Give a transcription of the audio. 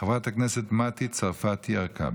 חברת הכנסת מטי צרפתי הרכבי.